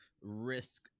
risk